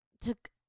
took